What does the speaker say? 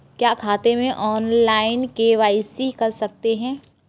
क्या खाते में ऑनलाइन के.वाई.सी कर सकते हैं?